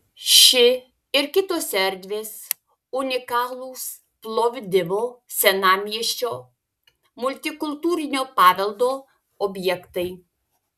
ši ir kitos erdvės unikalūs plovdivo senamiesčio multikultūrinio paveldo objektai